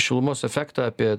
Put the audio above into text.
šilumos efektą apie